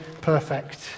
perfect